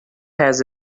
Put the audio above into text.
has